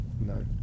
no